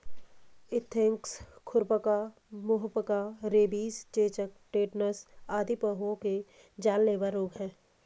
anthrax, खुरपका, मुहपका, rabies, चेचक, टेटनस आदि पहुओं के जानलेवा रोग हैं